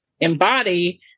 embody